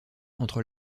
entre